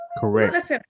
Correct